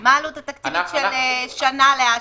מה העלות התקציבית של שנה לאשקלון?